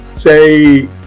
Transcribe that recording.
Say